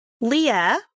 Leah